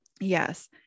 yes